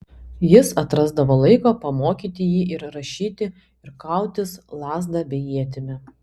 jis atrasdavo laiko pamokyti jį ir rašyti ir kautis lazda bei ietimi